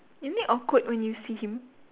isn't it awkward when you see him